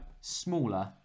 smaller